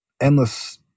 endless